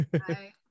Hi